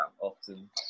often